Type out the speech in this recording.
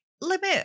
limit